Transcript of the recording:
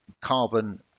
carbon